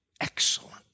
excellent